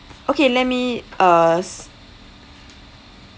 okay let me uh s~